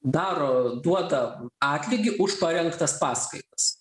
daro duoda atlygį už parengtas paskaitas